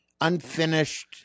unfinished